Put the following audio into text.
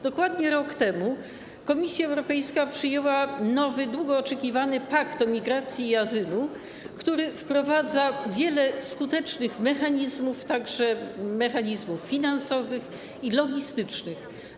Dokładnie rok temu Komisja Europejska przyjęła nowy, długo oczekiwany pakt o migracji i azylu, który wprowadza wiele skutecznych mechanizmów, także mechanizmów finansowych i logistycznych.